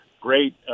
great